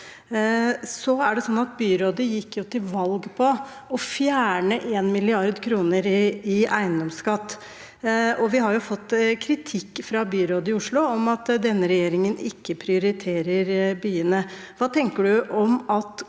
Byrådet gikk til valg på å fjerne 1 mrd. kr i eiendomsskatt, og vi har fått kritikk fra byrådet i Oslo som går på at denne regjeringen ikke prioriterer byene.